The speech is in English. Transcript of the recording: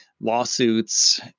lawsuits